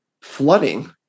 flooding